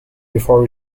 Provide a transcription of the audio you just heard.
before